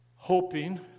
hoping